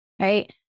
right